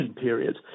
period